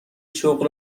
شغل